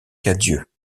cadieux